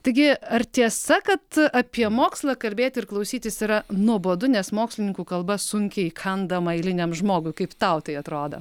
taigi ar tiesa kad apie mokslą kalbėti ir klausytis yra nuobodu nes mokslininkų kalba sunkiai įkandama eiliniam žmogui kaip tau tai atrodo